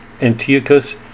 Antiochus